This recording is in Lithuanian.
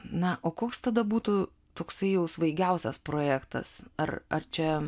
na o koks tada būtų toksai jau svaigiausias projektas ar ar čia